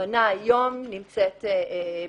הכוונה היום בעצם